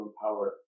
power